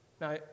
Now